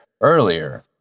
earlier